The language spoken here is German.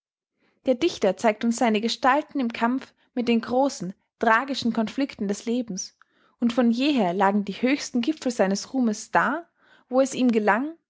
der dichter zeigt uns seine gestalten im kampf mit den großen tragischen conflicten des lebens und von jeher lagen die höchsten gipfel seines ruhmes da wo es ihm gelang